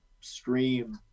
stream